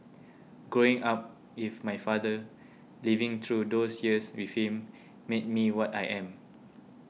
growing up with my father living through those years with him made me what I am